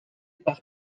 par